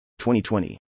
2020